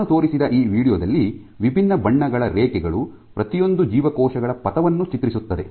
ನಾನು ತೋರಿಸಿದ ಈ ವೀಡಿಯೊ ದಲ್ಲಿ ವಿಭಿನ್ನ ಬಣ್ಣಗಳ ರೇಖೆಗಳು ಪ್ರತಿಯೊಂದು ಜೀವಕೋಶಗಳ ಪಥವನ್ನು ಚಿತ್ರಿಸುತ್ತದೆ